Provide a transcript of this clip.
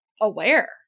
aware